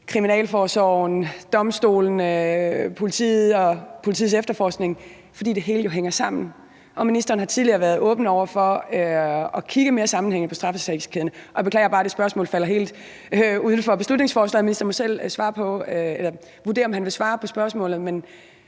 kriminalforsorgen, domstolene, politiet og politiets efterforskning – hænger sammen, og ministeren har tidligere været åben over for at kigge mere sammenhængende på straffesagskæden. Jeg beklager, at spørgsmålet falder helt uden for beslutningsforslaget, og ministeren må selv vurdere, om han vil svare på spørgsmålet,